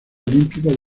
olímpico